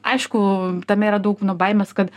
aišku tame yra daug nu baimės kad